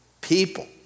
people